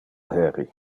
heri